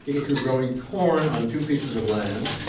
if you're growing corn on two pieces of land,